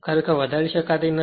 ખરેખર તે વધારી શકતી નથી